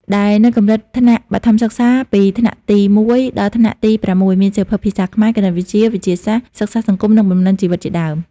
ដែលនៅកំរិតថ្នាក់បឋមសិក្សា ពីថ្នាក់ទី១ ដល់ថ្នាក់ទី៦ មានសៀវភៅភាសាខ្មែរ គណិតវិទ្យា វិទ្យាសាស្ត្រ សិក្សាសង្គម និងបំណិនជីវិតជាដើម។